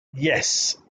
yes